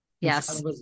Yes